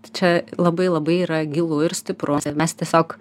čia labai labai yra gilu ir stipru mes tiesiog